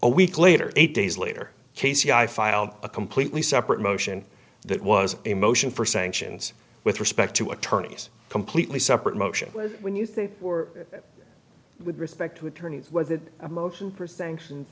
a week later eight days later casey i filed a completely separate motion that was a motion for sanctions with respect to attorneys completely separate motion when you think or with respect to attorneys a motion for sanctions